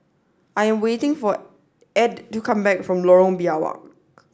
I'm waiting for Edw to come back from Lorong Biawak